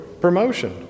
promotion